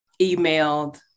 emailed